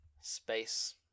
space